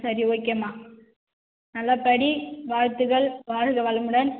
சரி ஓகேம்மா நல்லா படி வாழ்த்துக்கள் வாழ்க வளமுடன்